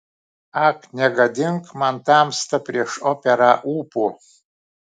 ak negadink man tamsta prieš operą ūpo